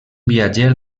viatger